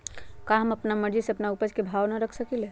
का हम अपना मर्जी से अपना उपज के भाव न रख सकींले?